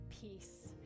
peace